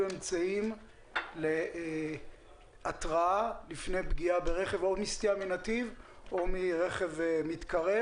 אמצעים להתראה לפני פגיעה ברכב או מסטייה מנתיב או מרכב מתקרב.